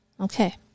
Okay